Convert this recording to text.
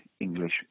English